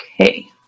Okay